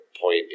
point